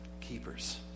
keepers